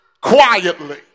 quietly